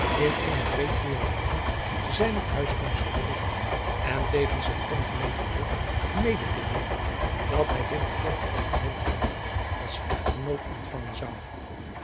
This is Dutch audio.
in eenen breedvoerigen brief zijne te huiskomst te berigten en tevens het ongemeen geluk mede te deelen dat hij binnen kort de hand van driaan oosjes zn et leven van illegonda uisman als echtgenoot ontvangen zou